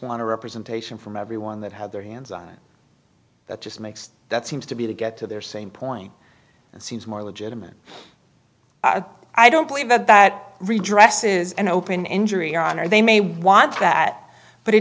want a representation from everyone that had their hands on it that just makes that seems to be to get to their same point and seems more legitimate i don't believe that that redress is an open injury on or they may want that but